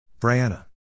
Brianna